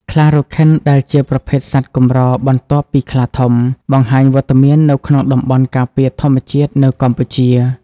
ខ្លារខិនដែលជាប្រភេទសត្វកម្របន្ទាប់ពីខ្លាធំ បង្ហាញវត្តមាននៅក្នុងតំបន់ការពារធម្មជាតិនៅកម្ពុជា។